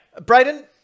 Brayden